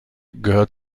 gehört